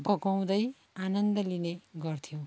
बगाउँदै आनन्द लिने गर्थ्यौँ